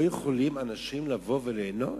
אנשים לא יכולים לבוא וליהנות?